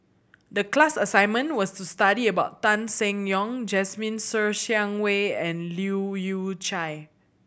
the class assignment was to study about Tan Seng Yong Jasmine Ser Xiang Wei and Leu Yew Chye